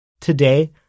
Today